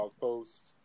post